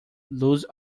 lose